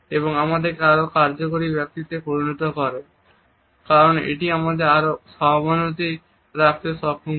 এবং আমাদেরকে আরো কার্যকরী ব্যক্তিত্বে পরিণত করে কারণ এটি আমাদের আরো সহানুভূতি রাখতে সক্ষম করে